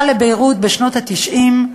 שעלתה מביירות בשנות ה-90.